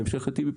בהמשך לטיבי,